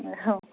औ